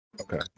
Okay